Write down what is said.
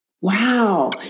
Wow